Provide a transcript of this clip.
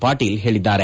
ಪಾಟೀಲ್ ಹೇಳಿದ್ದಾರೆ